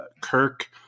Kirk